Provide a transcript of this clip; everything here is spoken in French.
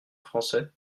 français